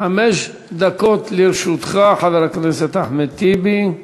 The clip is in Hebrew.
חמש דקות לרשותך, חבר הכנסת אחמד טיבי,